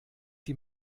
die